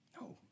No